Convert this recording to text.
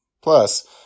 Plus